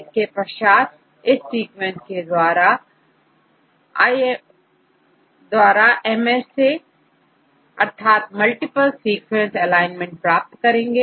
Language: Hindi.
इसके पश्चात इस सीक्वेंस के द्वाराMSA मल्टीपल सीक्वेंस एलाइनमेंट प्राप्त करेंगे